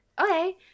okay